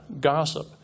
gossip